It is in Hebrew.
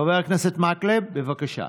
חבר הכנסת מקלב, בבקשה.